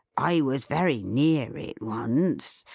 i was very near it once.